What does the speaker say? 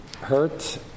hurt